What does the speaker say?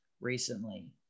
recently